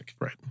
right